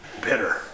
bitter